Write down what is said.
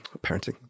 Parenting